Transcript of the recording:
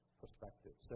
perspective